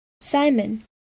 Simon